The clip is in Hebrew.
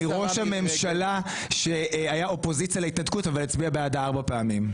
ראש הממשלה שהיה אופוזיציה להתנתקות אבל הצביע בעדה ארבע פעמים.